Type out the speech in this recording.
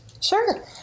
Sure